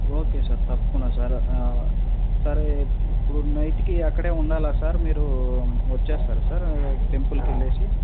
okay sir తప్పకుండా sir sir ఇప్పుడు నైట్కి అక్కడే ఉండాలా సార్ మీరు వచ్చేస్తారా సార్ టెంపుల్కి వెళ్ళేసి